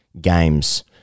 games